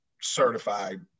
certified